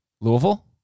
Louisville